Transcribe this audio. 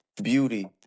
Beauty